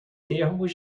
termos